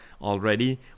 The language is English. already